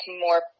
more